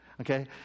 Okay